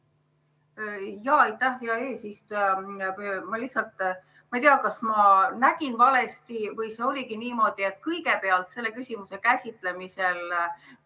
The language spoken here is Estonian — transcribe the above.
hea eesistuja! Ma lihtsalt ei tea, kas ma nägin valesti või see oligi niimoodi, et kõigepealt selle küsimuse käsitlemisel tuli